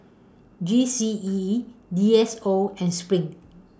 G C E D S O and SPRING